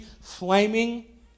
flaming